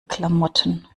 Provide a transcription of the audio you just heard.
klamotten